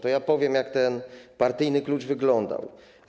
To ja powiem, jak ten partyjny klucz wyglądał.